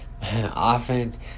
Offense